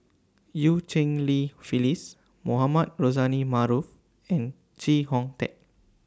EU Cheng Li Phyllis Mohamed Rozani Maarof and Chee Hong Tat